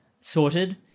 Sorted